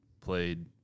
played